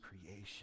creation